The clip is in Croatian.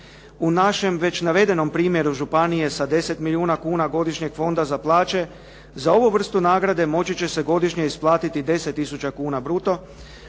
U našem već navedenom primjeru županije sa 10 milijuna kuna godišnjeg fonda za plaće za ovu vrstu nagrade moći će se godišnje isplatiti 10 tisuća kuna bruto